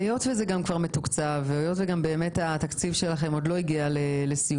היות וזה מתוקצב והתקציב שלכם עוד לא הגיע לסיומו,